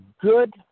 good